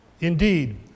Indeed